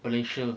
malaysia